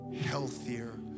healthier